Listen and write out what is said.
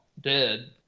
dead